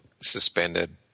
suspended